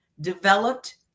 developed